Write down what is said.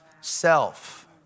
self